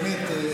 באמת,